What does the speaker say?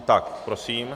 Tak, prosím.